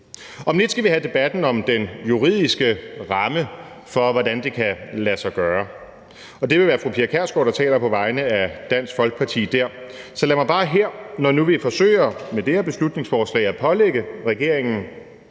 Om lidt skal vi have debatten om den juridiske ramme for, hvordan det kan lade sig gøre, og det vil være fru Pia Kjærsgaard, der taler på vegne af Dansk Folkeparti dér. Og når nu vi med det her beslutningsforslag forsøger at pålægge den